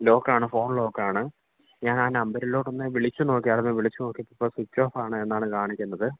lock ആണ് phone lock ആണ് ഞാൻ ആ നമ്പരിലോട്ട് ഒന്ന് വിളിച്ച് നോക്കിയാരുന്നു വിളിച്ച് നോക്കിയപ്പോൾ സ്വിച്ചോഫ് ആണ് എന്നാണ് കാണിക്കുന്നത്